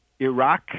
Iraq